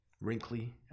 Wrinkly